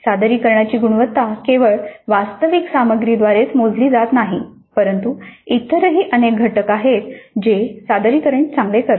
सादरीकरणाची गुणवत्ता केवळ वास्तविक सामग्रीद्वारेच मोजली जात नाही परंतु इतरही अनेक घटक आहेत जे सादरीकरण चांगले करतात